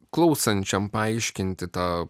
klausančiam paaiškinti tą